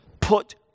put